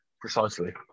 Precisely